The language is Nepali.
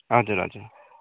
हजुर हजुर